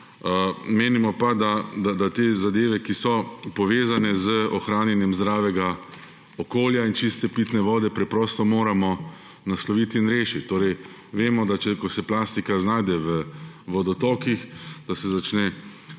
menimo pa, da te zadeve, ki so povezane z ohranjanjem zdravega okolja in čiste pitne vode, preprosto moramo nasloviti in rešiti. Vemo, ko se plastika znajde v vodotokih, da se začne